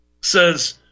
says